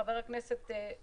חבר הכנסת סמוטריץ':